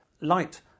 light